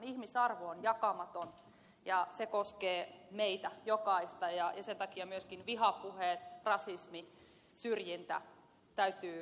ihmisarvo on jakamaton ja se koskee meitä jokaista ja sen takia myöskin vihapuheet rasismi syrjintä täytyy ehdottomasti kieltää